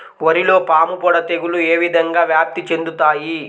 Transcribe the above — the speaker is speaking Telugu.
వరిలో పాముపొడ తెగులు ఏ విధంగా వ్యాప్తి చెందుతాయి?